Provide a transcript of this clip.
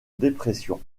dépression